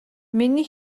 миний